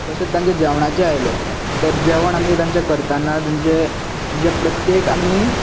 तशे तांचे जेवणाचें आयले तर जेवण आमी तांचे करताना तांचे जे प्रत्येक आमी